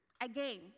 Again